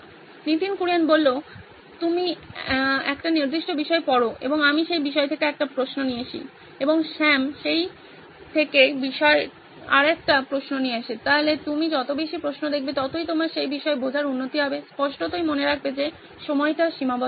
নীতিন কুরিয়ান তুমি একটি নির্দিষ্ট বিষয় পড়ো এবং আমি সেই বিষয় থেকে একটি প্রশ্ন নিয়ে আসি এবং স্যাম সেই একই বিষয় থেকে আরেকটি প্রশ্ন নিয়ে আসে তাই তুমি যত বেশি প্রশ্ন দেখবে ততই তোমার সেই বিষয়ে বোঝার উন্নতি হবে স্পষ্টতই মনে রাখবে যে সময়টা সীমাবদ্ধ হবে